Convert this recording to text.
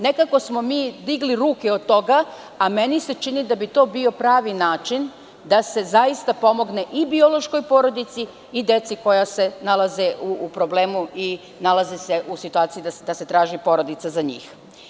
Nekako smi mi digli ruke od toga a meni se čini da bi to bio pravi način da se zaista pomogne i biološkoj porodici i deci koja se nalaze u problemu i nalaze u situaciji da se traži porodica za njih.